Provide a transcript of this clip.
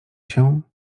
się